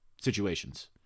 situations